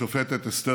זה בסדר